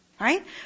Right